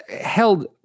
held